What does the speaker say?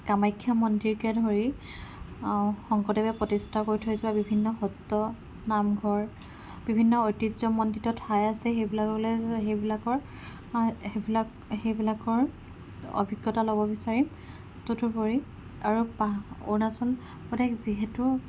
কামাখ্যা মন্দিৰকে ধৰি শংকৰদেৱে প্ৰতিষ্ঠা কৰি থৈ যোৱা বিভিন্ন সত্ৰ নামঘৰ বিভিন্ন ঐতিহ্যমণ্ডিত ঠাই আছে সেইবিলাকলে সেইবিলাকৰ সেইবিলাক সেইবিলাকৰ অভিজ্ঞতা ল'ব বিচাৰিম তদুপৰি আৰু অৰুণাচল প্ৰদেশ যিহেতু